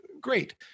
great